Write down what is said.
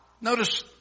Notice